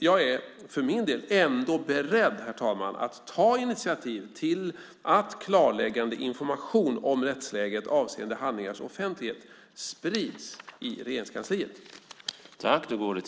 Jag är för min del ändå beredd, herr talman, att ta initiativ till att klarläggande information om rättsläget avseende handlingars offentlighet sprids i Regeringskansliet.